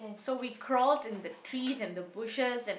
so we crawled in the trees and the bushes and